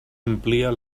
amplia